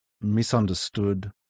misunderstood